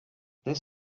this